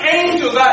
angels